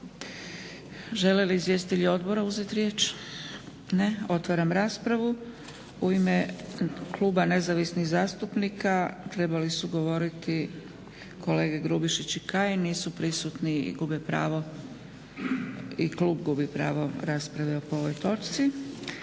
Žele li izvjestitelji Odbora uzeti riječi? Ne. Otvaram raspravu. U ime Kluba Nezavisnih zastupnika trebali su govoriti kolege Grubišić i Kajin, nisu prisutni i gube pravo i klub gubi pravo rasprave po ovoj točci.